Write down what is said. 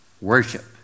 worship